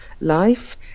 life